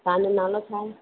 तव्हांजो नालो छा आहे